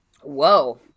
Whoa